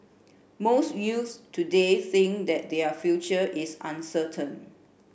most youths today think that their future is uncertain